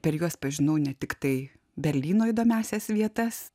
per juos pažinau ne tiktai berlyno įdomiąsias vietas